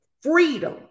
Freedom